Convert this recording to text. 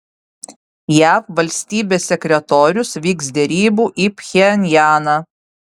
jav valstybės sekretorius vyks derybų į pchenjaną